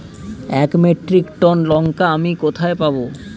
এক metric ton লঙ্কা আমি কোথায় পাবো?